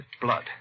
blood